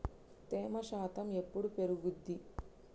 తేమ శాతం ఎప్పుడు పెరుగుద్ది?